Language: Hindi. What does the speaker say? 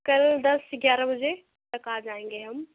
कल दस एग्यारह बजे तक आ जाएँगे हम